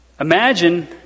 Imagine